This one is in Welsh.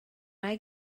mae